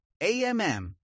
AMM